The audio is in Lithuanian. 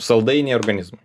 saldainiai organizmui